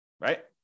right